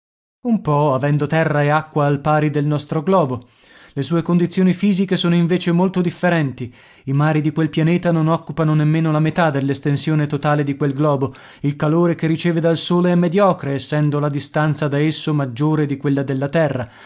un po avendo terra e acqua al pari del nostro globo le sue condizioni fisiche sono invece molto differenti i mari di quel pianeta non occupano nemmeno la metà dell'estensione totale di quel globo il calore che riceve dal sole è mediocre essendo la distanza da esso maggiore di quella della terra